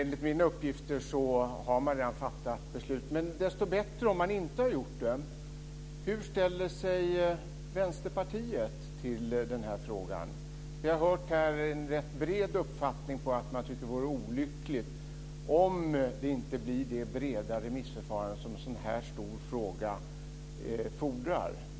Enligt mina uppgifter har man redan fattat beslut, men desto bättre om man inte har gjort det. Hur ställer sig Vänsterpartiet till den här frågan? Vi har här hört en rätt bred uppfattning om att man tycker att det vore olyckligt om det inte blir det breda remissförfarande som en sådan här stor fråga fordrar.